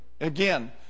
again